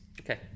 Okay